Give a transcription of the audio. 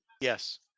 Yes